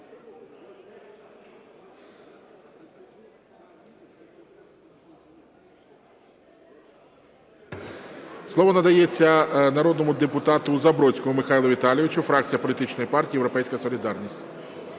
Слово надається народному депутату Забродському Михайлу Віталійовичу, фракція політичної партії "Європейська солідарність".